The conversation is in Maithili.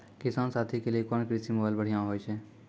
किसान साथी के लिए कोन कृषि मोबाइल बढ़िया होय छै?